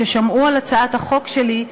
ששמעו על הצעת החוק שלי,